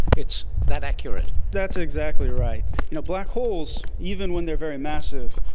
it's that accurate. that's exactly right. you know black holes, even when they are very massive,